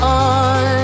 on